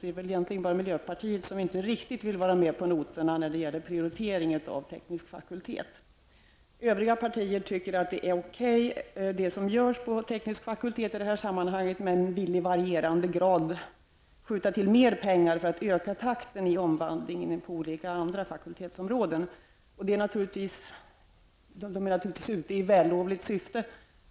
Det är egentligen bara miljöpartiet som inte riktigt vill vara med på noterna när det gäller prioritering av de tekniska fakulteterna. Övriga partier tycker att det som görs på teknisk fakultet i det här sammanhanget är okej, men vill i varierande grad skjuta till mer pengar för att öka takten i omvandlingen på olika andra faktultetsområden. De är naturligtvis ute i vällovligt syfte.